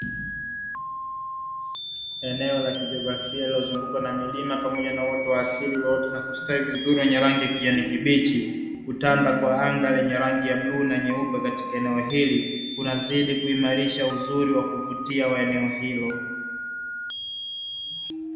Eneo la kijiografia lililozungukwa na milima, pamoja na uoto wa asili ulioota na kusitawi vizuri wenye rangi ya kijani kibichi, kutanda kwa anga lenye rangi ya bluu na nyeupe katika eneo hili, kunazidi kuimarisha uzuri wa kuvutia wa eneo hilo.